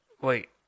Wait